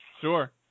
Sure